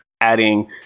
adding